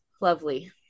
Lovely